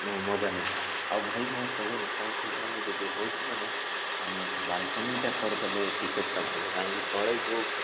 ନୁ ମଜା ନାଇଁ ଆଉ ଭାଇ ମୁଁ କହୁ କହୁଥିଲି ମାନେ ଯଦି ହେଉଛି ମାନେ ଆମେ ବାଲ୍କୋନିଟା କରିଦେଲେ ଟିକେଟ୍ଟା ଭଲ କାହିଁକି ତଳେ ଯେଉଁ